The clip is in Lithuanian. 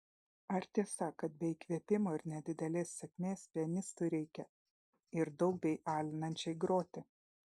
ar tiesa kad be įkvėpimo ir nedidelės sėkmės pianistui reikia ir daug bei alinančiai groti